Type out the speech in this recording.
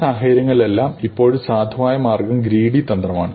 ഈ സാഹചര്യങ്ങളിലെല്ലാം ഇപ്പോഴും സാധുവായ മാർഗ്ഗം ഗ്രീഡി തന്ത്രമാണ്